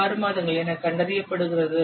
6 மாதங்கள் எனக் கண்டறியப்பட்டுள்ளது